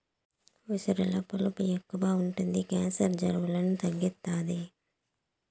ఉసిరిలో పులుపు ఎక్కువ ఉంటది క్యాన్సర్, జలుబులను తగ్గుతాది